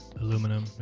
Aluminum